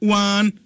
one